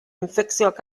infekzioak